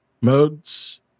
modes